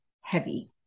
heavy